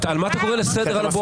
על מה אתה קורא לסדר על הבוקר?